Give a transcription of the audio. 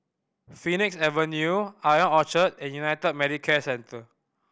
Phoenix Avenue Ion Orchard and United Medicare Centre